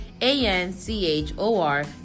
a-n-c-h-o-r